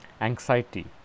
anxiety